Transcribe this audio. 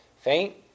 faint